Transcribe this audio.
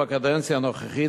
בקדנציה הנוכחית,